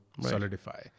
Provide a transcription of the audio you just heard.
solidify